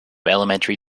elementary